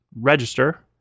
register